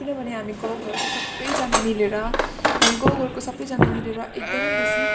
किनभने हामी गाउँघरको सबैजना मिलेर हामी गाउँघरको सबैजना मिलेर एकदमै बेसी